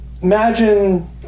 imagine